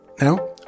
Now